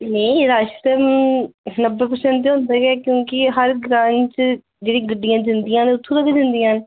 नेईं रश ते हून नब्बे परसेंट ते होंदा गै ऐ क्योंकि हर ग्रांऽ च जेह्ड़ियां गड्डियां जंदियां न ओह् उत्थूं दा गै जंदियां न